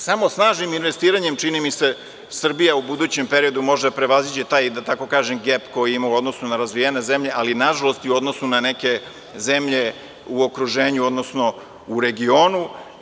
Samo snažnim investiranjem, čini mi se, Srbija u budućem periodu može da prevaziđe taj gep koji ima u odnosu na razvijene zemlje, ali na žalost, i u odnosu na neke zemlje u okruženju, odnosno u regionu.